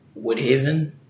Woodhaven